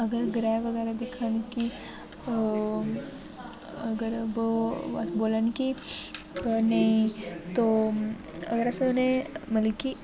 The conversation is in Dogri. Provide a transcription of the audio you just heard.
अगर ग्रैह् बगैरा दिक्खन कि अ अगर अस बोला ने कि नेईं तो अगर असें उ'नें मतलब कि